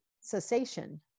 cessation